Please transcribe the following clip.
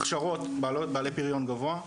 הכשרות בעלי פריון גבוה,